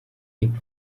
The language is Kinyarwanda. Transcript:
iyi